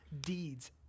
deeds